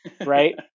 right